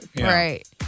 Right